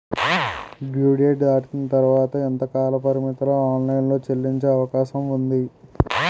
Due date దాటిన తర్వాత ఎంత కాలపరిమితిలో ఆన్ లైన్ లో చెల్లించే అవకాశం వుంది?